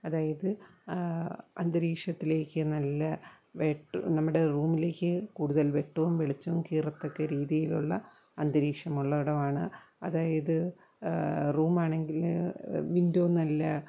അതായത് അന്തരീക്ഷത്തിലേക്ക് നല്ല വെട്ടം നമ്മുടെ റൂമിലേക്ക് കൂടുതൽ വെട്ടവും വെളിച്ചവും കേറത്തക്ക രീതിയിലുള്ള അന്തരീക്ഷമുള്ള ഇടമാണ് അതായത് റൂം ആണെങ്കിൽ വിൻഡോ നല്ല